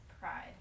pride